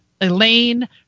Elaine